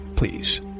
Please